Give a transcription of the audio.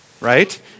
right